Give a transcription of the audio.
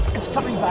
that's